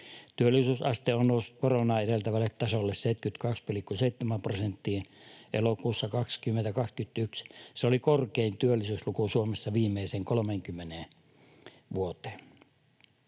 Työllisyysaste on noussut koronaa edeltävälle tasolle 72,7 prosenttiin. Elokuussa 2021 se oli korkein työllisyysluku Suomessa viimeiseen 30 vuoteen.